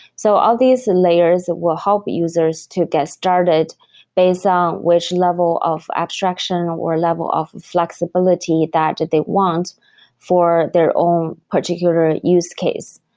so all these layers will help users to get started based on which level of abstraction, or level of flexibility that they want for their own particular use case.